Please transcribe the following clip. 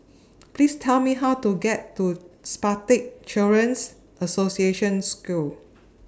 Please Tell Me How to get to Spastic Children's Association School